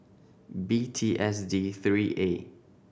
B T S D three A